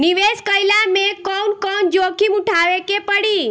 निवेस कईला मे कउन कउन जोखिम उठावे के परि?